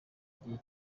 gihe